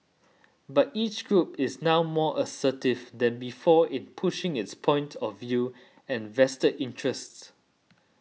but each group is now more assertive than before in pushing its point of view and vested interests